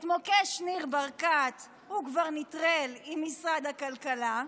את מוקש ניר ברקת הוא כבר נטרל עם משרד הכלכלה,